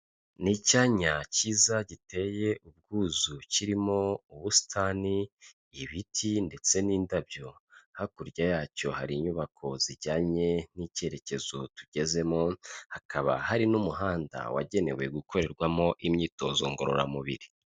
Ni icyanya cyiza giteye ubwuzu kirimo ubusitani, ibiti ndetse n'indabyo, hakurya yacyo hari inyubako zijyanye n'icyerekezo tugezemo, hakaba hari n'umuhanda wagenewe gukorerwamo imyitozo ngororamubiri.